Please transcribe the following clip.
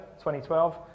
2012